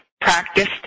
practiced